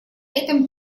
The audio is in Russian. этом